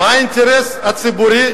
"מה האינטרס הציבורי?